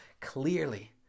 Clearly